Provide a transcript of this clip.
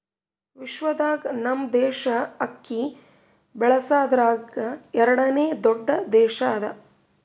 ವಿಶ್ವದಾಗ್ ನಮ್ ದೇಶ ಅಕ್ಕಿ ಬೆಳಸದ್ರಾಗ್ ಎರಡನೇ ದೊಡ್ಡ ದೇಶ ಅದಾ